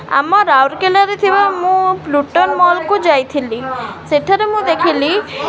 ଆମ ରାଉର୍କେଲାରେ ଥିବା ମୁଁ ପ୍ଲୁଟନ୍ ମଲ୍କୁ ଯାଇଥିଲି ସେଠାରେ ମୁଁ ଦେଖିଲି